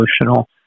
emotional